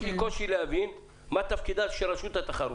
יש לי קושי להבין מה תפקידה של רשות התחרות.